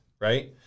Right